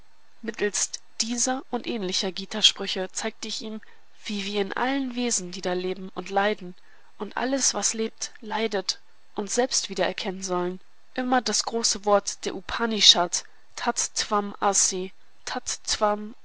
mittelst dieser und ähnlicher gita sprüche zeigte ich ihm wie wir in allen wesen die da leben und leiden und alles was lebt leidet uns selbst wiedererkennen sollen immer das große wort der upanishad tat tvam asi tat